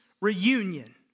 reunion